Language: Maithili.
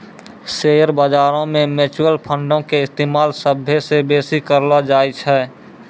शेयर बजारो मे म्यूचुअल फंडो के इस्तेमाल सभ्भे से बेसी करलो जाय छै